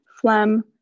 phlegm